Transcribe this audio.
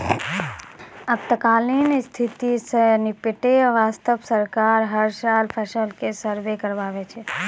आपातकालीन स्थिति सॅ निपटै वास्तॅ सरकार हर साल फसल के सर्वें कराबै छै